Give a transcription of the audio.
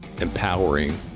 empowering